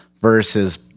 versus